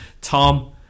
Tom